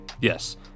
Yes